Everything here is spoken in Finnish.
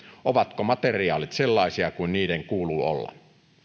ovatko materiaalit sellaisia kuin niiden kuuluu olla